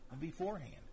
beforehand